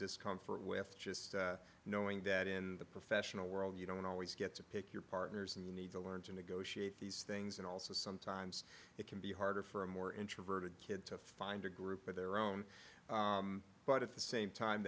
discomfort with just knowing that in the professional world you don't always get to pick your partners and you need to learn to negotiate these things and also sometimes it can be harder for a more introverted kid to find a group of their own but at the same time